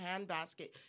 handbasket